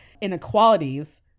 inequalities